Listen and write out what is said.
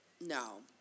no